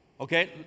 Okay